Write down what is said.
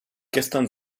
gestern